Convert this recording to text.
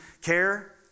care